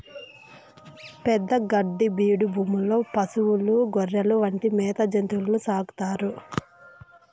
పెద్ద గడ్డి బీడు భూముల్లో పసులు, గొర్రెలు వంటి మేత జంతువులను సాకుతారు